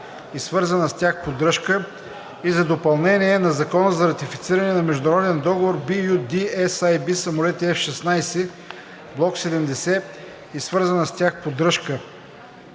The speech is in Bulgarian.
и свързана с тях поддръжка“ и за допълнение на Закона за ратифициране на международен договор (LOA) BU-D-SAB „Самолети F-16 Block 70 и свързана с тях поддръжка“